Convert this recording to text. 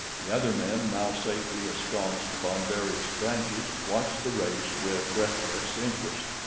the other men, now safely ensconced upon various branches, watched the race with breathless interest.